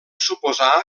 suposar